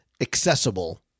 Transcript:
accessible